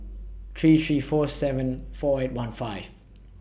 three three four seven four eight one five